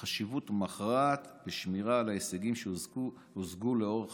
חשיבות מכרעת בשמירה על ההישגים שהושגו לאורך